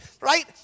right